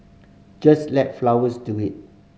just let flowers do it